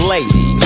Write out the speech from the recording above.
Lady